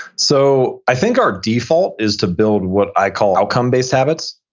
so i think our default is to build what i call outcome based habits.